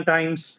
Times